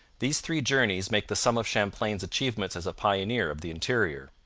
these three journeys make the sum of champlain's achievements as a pioneer of the interior.